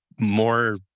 more